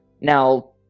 Now